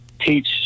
teach